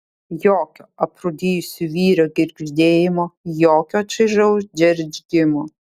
jokio aprūdijusių vyrių girgždėjimo jokio šaižaus džeržgimo